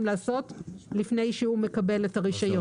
לעשות לפני שהוא מקבל את הרישיון.